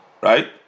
right